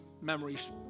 memories